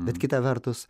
bet kita vertus